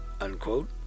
unquote